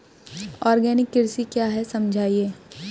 Organic कृषि क्या है समझाइए?